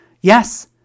Yes